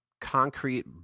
concrete